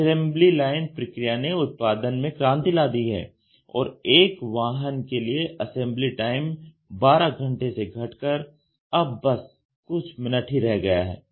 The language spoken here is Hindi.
असेंबली लाइन प्रक्रिया ने उत्पादन में क्रांति ला दी है और एक वाहन के लिए असेम्बली टाइम 12 घंटे से घटकर अब बस कुछ मिनट ही रह गया है